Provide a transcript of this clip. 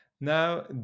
Now